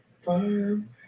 farm